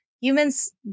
humans